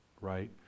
right